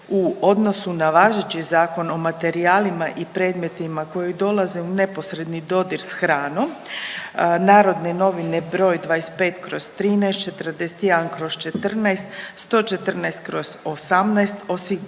u odnosu na važeći Zakon materijalima i predmetima koji dolaze u neposredni dodir s hranom, NN br. 25/13, 41/14, 114/18 osigurava